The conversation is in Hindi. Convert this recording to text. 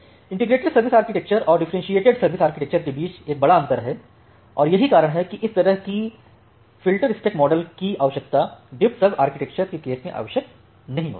इंटीग्रेटेड सर्विस आर्किटेक्चर और डिफ्फरेंशिएटेड सर्विस आर्किटेक्चर के बीच एक बड़ा अंतर है और यही कारण है कि इस तरह के फिल्टर्सपेक मॉडल की आवश्यकता डिफ्फसर्व आर्किटेक्चर के केस में आवश्यक नहीं होता है